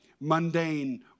mundane